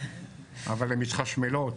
אבל הן מתחשמלות.